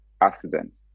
accidents